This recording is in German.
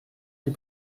die